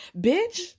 bitch